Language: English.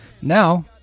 Now